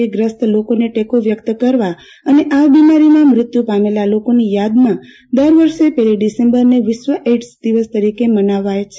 વી ગ્રસ્ત લોકોએ તકો વ્યક્ત કરવા અને આ બીમારીમાં મૃત્યુ પામેલા લોકોની યાદમાં દર વર્ષે પહેલી ડિસેમ્બરને દિવસે વિશ્વ એઇડ્સ દિવસ તરીકે મનાવાય છે